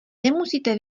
nemusíte